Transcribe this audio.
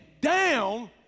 down